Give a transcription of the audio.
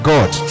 God